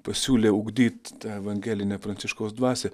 pasiūlė ugdyt tą evangelinę pranciškaus dvasią